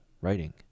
writing